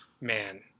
man